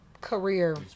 career